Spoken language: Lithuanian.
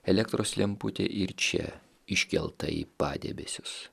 elektros lemputė ir čia iškelta į padebesius